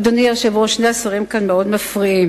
אדוני היושב-ראש, שני השרים כאן מאוד מפריעים.